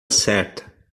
certa